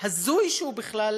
שהזוי שהוא בכלל